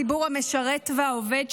הציבור המשרת והעובד,